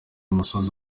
umusozi